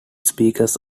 speakers